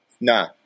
Nah